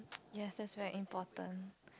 yes that's very important